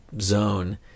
zone